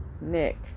Nick